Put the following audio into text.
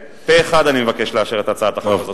פה-אחד אני מבקש לאשר את הצעת החוק הזאת.